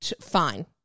fine